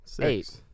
eight